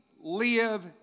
live